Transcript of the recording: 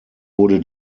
wurde